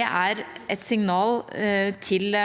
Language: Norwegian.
er et signal til